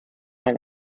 mal